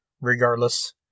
regardless